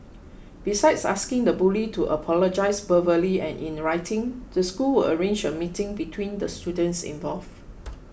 besides asking the bully to apologise verbally and in writing the school will arrange a meeting between the students involved